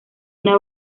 una